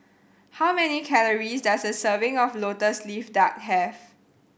how many calories does a serving of Lotus Leaf Duck have